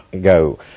go